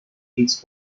its